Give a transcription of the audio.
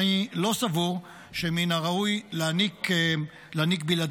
אני לא סבור שמן הראוי להעניק בלעדיות